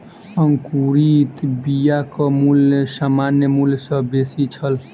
अंकुरित बियाक मूल्य सामान्य मूल्य सॅ बेसी छल